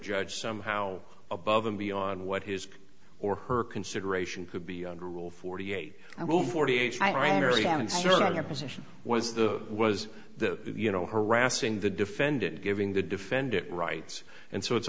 judge somehow above and beyond what his or her consideration could be under rule forty eight forty eight i understand it's your position was the was the you know harassing the defendant giving the defendant rights and so it's